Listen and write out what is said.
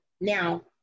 now